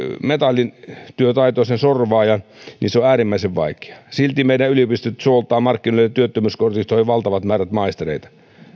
metallityötaitoisen sorvaajan niin se on äärimmäisen vaikeaa silti meidän yliopistot suoltavat markkinoille työttömyyskortistoihin valtavat määrät maistereita